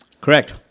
Correct